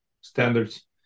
standards